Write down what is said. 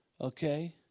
okay